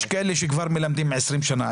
יש כאלה שכבר מלמדים עשרים שנה,